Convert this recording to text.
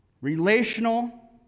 relational